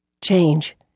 Change